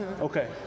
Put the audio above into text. Okay